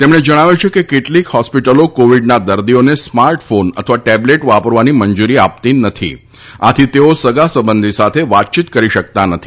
તેમણે જણાવ્યું છે કે કેટલીક હોસ્પીટલો કોવીડના દર્દીઓને સ્માર્ટફોન અથવા ટેબલેટ વાપરવાની મંજુરી આપતી નથી આથી તેઓ સગાઓ સાથે વાતચીત કરી શકતા નથી